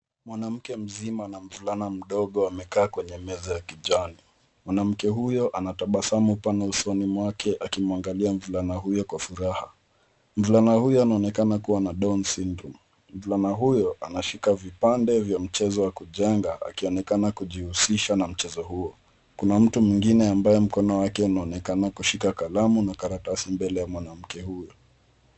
Mwanamke mzima na mvulana mdogo wamekaa kwenye meza ya kijani. Mwanamke huyo ana tabasamu pana usoni mwake akimwangalia mvulana huyo kwa furaha. Mvulana huyo anaonekana kuwa na down syndrome . Mvulana huyo, anashika vipande vya mchezo wa kujenga, akionekana kujihusisha na mchezo huo. Kuna mtu mwingine ambaye mkono wake unaonekana kushika kalamu na karatasi mbele ya mwanamke huyo.